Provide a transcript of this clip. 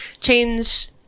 change